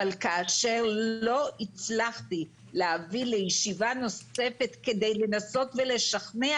אבל כאשר לא הצלחתי להביא לישיבה נוספת כדי לנסות ולשכנע,